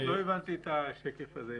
לא הבנתי את השקף הזה.